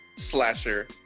slasher